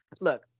look